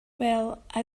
well—i